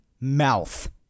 mouth